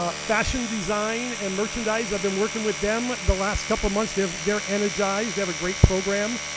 um fashion design and merchandise, i've been working with them the last couple of months. they're they're energized, they have a great program.